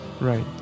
Right